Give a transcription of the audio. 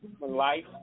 life